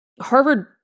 Harvard